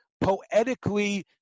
poetically